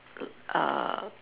err